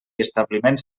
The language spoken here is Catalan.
establiments